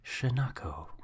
Shinako